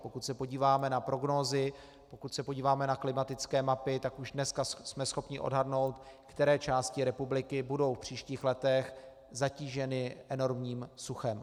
Pokud se podíváme na prognózy, pokud se podíváme na klimatické mapy, tak už dneska jsme schopni odhadnout, které části republiky budou v příštích letech zatíženy enormním suchem.